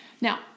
Now